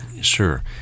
Sure